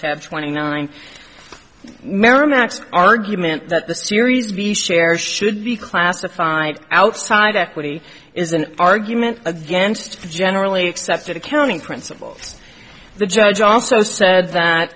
have twenty nine merrimac argument that the series b share should be classified outside equity is an argument against the generally accepted accounting principles the judge also said that